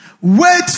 Wait